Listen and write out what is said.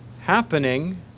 happening